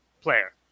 player